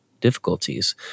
difficulties